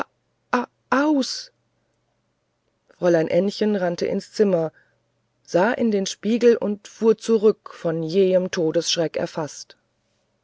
s fräulein ännchen rannte ins zimmer sah in den spiegel und fuhr zurück von jähem todesschreck erfaßt